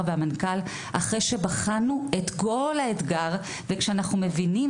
ולמנכ"ל לאחר שבחנו את כל האתגרים וכשאנחנו מבינים,